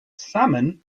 salmon